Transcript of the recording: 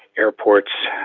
airports